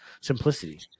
simplicity